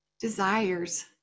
desires